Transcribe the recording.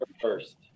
first